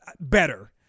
better